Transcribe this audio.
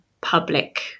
public